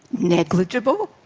negligible?